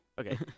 Okay